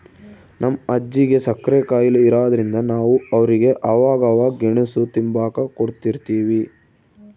ನಮ್ ಅಜ್ಜಿಗೆ ಸಕ್ರೆ ಖಾಯಿಲೆ ಇರಾದ್ರಿಂದ ನಾವು ಅವ್ರಿಗೆ ಅವಾಗವಾಗ ಗೆಣುಸು ತಿಂಬಾಕ ಕೊಡುತಿರ್ತೀವಿ